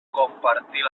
compartir